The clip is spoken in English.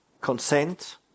consent